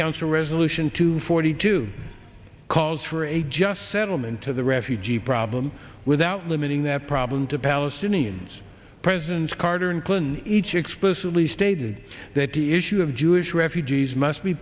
council resolution two forty two calls for a just settlement to the refugee problem without limiting that problem to palestinians presidents carter and clinton each explicitly stated that the issue of jewish refugees must be